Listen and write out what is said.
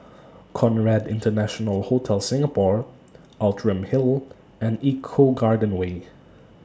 Conrad International Hotel Singapore Outram Hill and Eco Garden Way